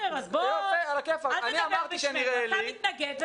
אתה מתנגד.